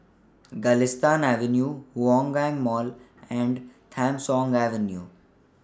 Galistan Avenue Hougang Mall and Tham Soong Avenue